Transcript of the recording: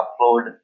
upload